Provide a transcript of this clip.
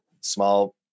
small